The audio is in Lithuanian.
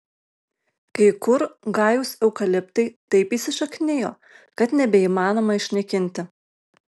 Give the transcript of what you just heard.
kai kur gajūs eukaliptai taip įsišaknijo kad nebeįmanoma išnaikinti